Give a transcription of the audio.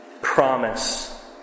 promise